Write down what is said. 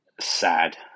sad